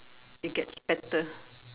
it gets better